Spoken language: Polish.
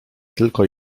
tylko